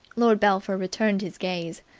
lord belpher returned his gaze.